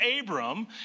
Abram